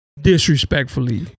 disrespectfully